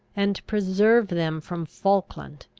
and preserve them from falkland!